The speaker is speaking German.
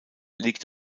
liegt